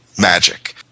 magic